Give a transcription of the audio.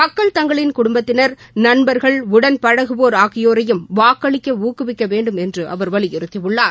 மக்கள் தங்களின் குடுப்பத்தினா் நண்பா்கள் உடன் பழகுவோர் ஆகியோரையும் வாக்களிக்க ஊக்குவிக்க வேண்டும் என்று அவர் வலியுறுத்தியுள்ளார்